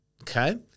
okay